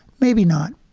maybe not,